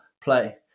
play